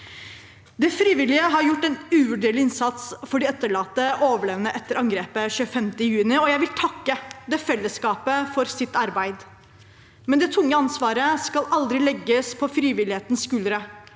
De frivillige har gjort en uvurderlig innsats for de etterlatte og overlevende etter angrepet 25. juni, og jeg vil takke det fellesskapet for deres arbeid. Men det tunge ansvaret skal aldri legges på frivillighetens skuldre.